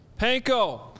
Panko